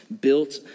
built